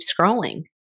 scrolling